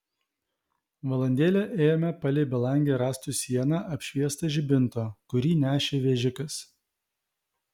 valandėlę ėjome palei belangę rąstų sieną apšviestą žibinto kurį nešė vežikas